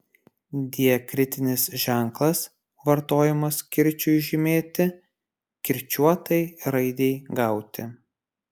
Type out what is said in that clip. diakritinis ženklas vartojamas kirčiui žymėti kirčiuotai raidei gauti